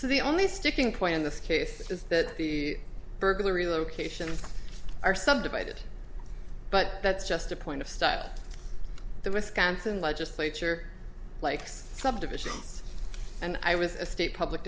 so the only sticking point in this case is that the burglary locations are some divided but that's just a point of style the wisconsin legislature likes subdivisions and i was a state public